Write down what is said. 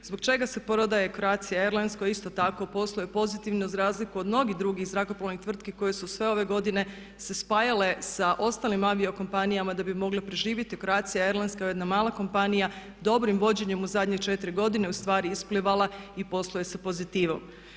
Zbog čega se prodaje Croatia airlines koji isto tako posluje pozitivno za razliku od mnogih drugih zrakoplovnih tvrtki koje su sve ove godine se spajale sa ostalim aviokompanijama da bi mogle preživjeti, Croatia airlines kao jedna mala kompanija dobrim vođenjem u zadnje 4 godine ustvari je isplivala i posluje sa pozitivom.